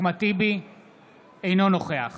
אינו נוכח